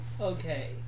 Okay